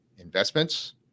investments